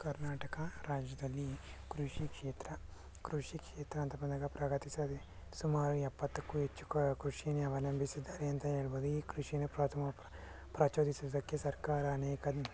ಕರ್ನಾಟಕ ರಾಜ್ಯದಲ್ಲಿ ಕೃಷಿ ಕ್ಷೇತ್ರ ಕೃಷಿ ಕ್ಷೇತ್ರ ಅಂತ ಬಂದಾಗ ಪ್ರಗತಿಸದಿ ಸುಮಾರು ಎಪ್ಪತ್ತಕ್ಕೂ ಹೆಚ್ಚು ಕೃಷಿನೇ ಅವಲಂಬಿಸಿದ್ದಾರೆ ಅಂತ ಹೇಳ್ಬೋದು ಈ ಕೃಷಿಯೇ ಪ್ರಥಮ ಪ್ರಚೋದಿಸಿದ್ದಕ್ಕೆ ಸರ್ಕಾರ ಅನೇಕ